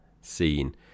scene